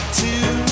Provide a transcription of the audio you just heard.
two